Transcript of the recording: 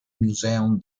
museum